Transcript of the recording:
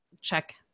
check